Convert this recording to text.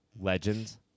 Legends